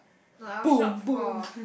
no I will shop for